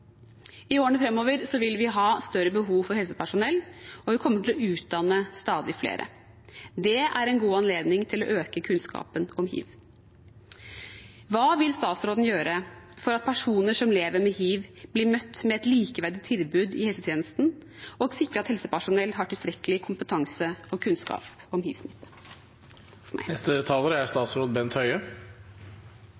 I årene framover vil vi ha større behov for helsepersonell, og vi kommer til å utdanne stadig flere. Det er en god anledning til å øke kunnskapen om hiv. Hva vil statsråden gjøre for at personer som lever med hiv, blir møtt med et likeverdig tilbud i helsetjenesten, og for å sikre at helsepersonell har tilstrekkelig kompetanse og kunnskap om